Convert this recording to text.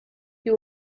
you